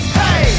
hey